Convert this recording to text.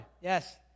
Yes